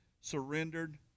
surrendered